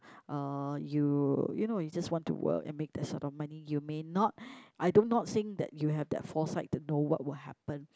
uh you you know you just want to work and make that sort of money you may not I don't not think that you have that foresight to know what would happen